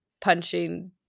punching